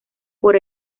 por